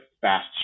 fast